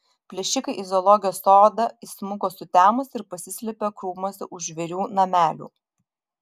plėšikai į zoologijos sodą įsmuko sutemus ir pasislėpė krūmuose už žvėrių namelių